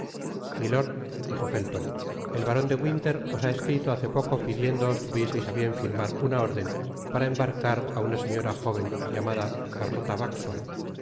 milord dijo felton el baron de winter os ha escrito hace poco pidiéndoos tuvieseis á bien firmar una órden para embarcar á una señora jó ven llamada cariota backson si